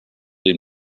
him